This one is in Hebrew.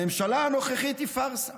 הממשלה הנוכחית היא פארסה.